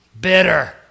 bitter